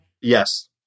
Yes